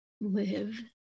live